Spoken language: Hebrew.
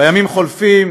הימים חולפים,